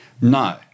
No